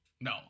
No